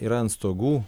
yra ant stogų